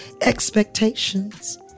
expectations